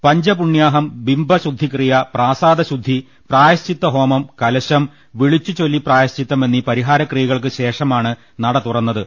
പഞ്ചപുണ്യാഹം ബിംബശുദ്ധിക്രിയ പ്രാസാദ ശുദ്ധി പ്രായ ശ്ചിത്ത ഹോമം കലശം വിളിച്ചുചൊല്ലി പ്രായശ്ചിത്തം എന്നീ പരിഹാര ക്രിയകൾക്കുശേഷമാണ് നട തുറന്നത്